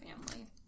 family